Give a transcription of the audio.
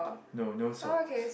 no no socks